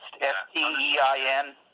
S-T-E-I-N